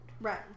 right